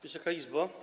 Wysoka Izbo!